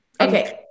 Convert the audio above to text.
Okay